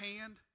hand